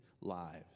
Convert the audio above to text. lives